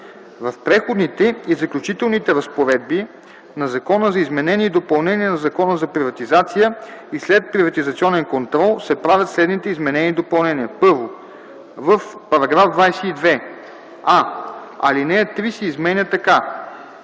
В Преходните и заключителните разпоредби на Закона за изменение и допълнение на Закона за приватизация и следприватизационен контрол се правят следните изменения и допълнения: 1. В § 22: а) алинея 3 се изменя така: